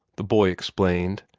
the boy explained,